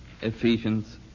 Ephesians